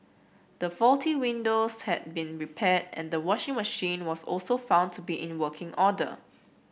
the faulty windows had been repaired and the washing machine was also found to be in working order